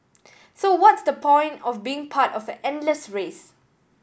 so what's the point of being part of an endless race